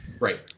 right